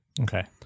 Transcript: Okay